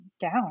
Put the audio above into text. down